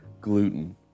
gluten